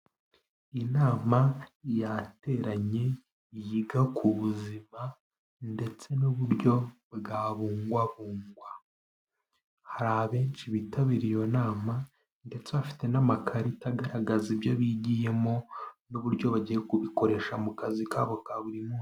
Inama yateranye yiga ku buzima ndetse n'uburyo bwabungwabungwa. Hari abenshi bitabiriye iyo nama, ndetse bafite n'amakarita agaragaza ibyo bigiyemo, n'uburyo bagiye kubikoresha mu kazi kabo ka buri munsi.